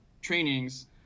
trainings